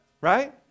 right